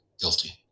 guilty